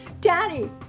Daddy